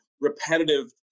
repetitive